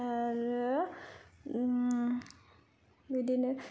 आरो बिदिनो